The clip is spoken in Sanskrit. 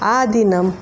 आदिनम्